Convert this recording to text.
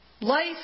Life